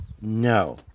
No